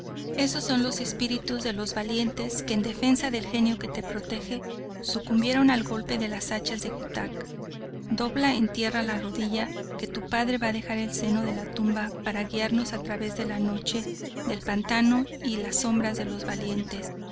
esos son los espíritus de los valientes que en defensa del genio que te protege sucumbieron al golpe de las hachas de cutac dobla en tierra la rodilla que tu padre va a dejar el seno de la tumba para guiarnos a través de la noche del pantano y las sombras de los valientes